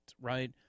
right